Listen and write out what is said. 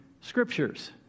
scriptures